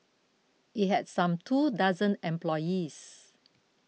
it had some two dozen employees